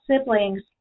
siblings